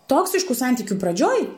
toksiškų santykių pradžioj